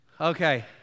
Okay